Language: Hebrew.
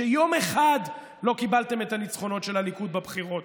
שיום אחד לא קיבלתם את הניצחונות של הליכוד בבחירות.